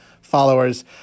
followers